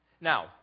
Now